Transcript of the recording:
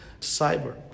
Cyber